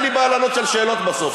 אין לי בעיה לענות על שאלות בסוף.